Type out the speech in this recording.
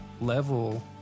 level